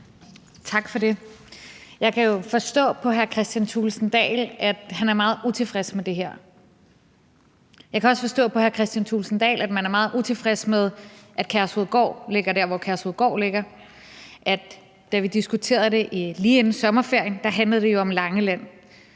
Tak for det. Jeg kan jo forstå på hr. Kristian Thulesen Dahl, at han er meget utilfreds med det her. Jeg kan også forstå på hr. Kristian Thulesen Dahl, at man er meget utilfreds med, at Kærshovedgård ligger der, hvor Kærshovedgård ligger, og da vi lige før sommerferien diskuterede det her emne,